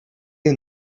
you